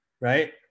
right